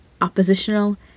oppositional